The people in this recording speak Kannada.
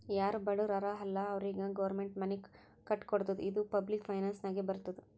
ಯಾರು ಬಡುರ್ ಹರಾ ಅಲ್ಲ ಅವ್ರಿಗ ಗೌರ್ಮೆಂಟ್ ಮನಿ ಕಟ್ಕೊಡ್ತುದ್ ಇದು ಪಬ್ಲಿಕ್ ಫೈನಾನ್ಸ್ ನಾಗೆ ಬರ್ತುದ್